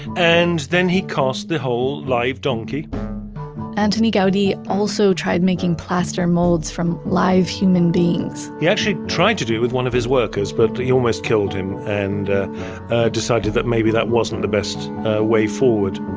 and then he cast the whole live donkey antoni gaudi also tried making plaster molds from live human beings he actually tried to do with one of his workers, but he almost killed him and decided that maybe that wasn't the best way forward